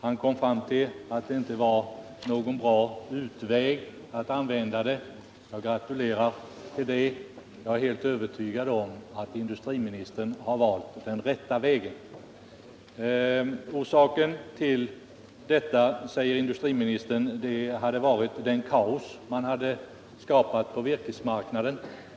Han kom fram till att det inte var någon bra utväg att använda det. Jag gratulerar till det. Jag är helt säker på att industriministern har valt den rätta vägen. En av orsakerna till detta, säger industriministern, är det kaos man annars hade skapat på virkesmarknaden.